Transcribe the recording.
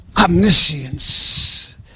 Omniscience